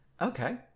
Okay